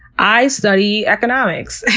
i study economics!